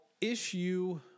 Issue